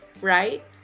Right